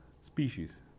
species